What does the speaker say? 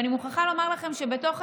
אני קוראת לכולכם לתמוך